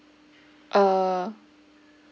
uh